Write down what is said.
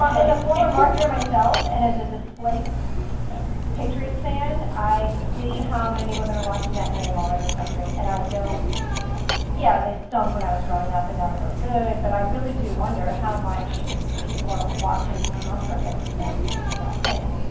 as a former marketer myself, and as a displaced yeah patriots fan, i see how many women are watching that game all over the country. and i yeah, they stunk when i was growing up and now they're really good. but i really do wonder how much people are watching tom terrific. you know just a thought, thanks.